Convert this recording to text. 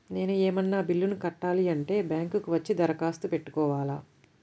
నేను ఏమన్నా బిల్లును కట్టాలి అంటే బ్యాంకు కు వచ్చి దరఖాస్తు పెట్టుకోవాలా?